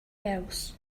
else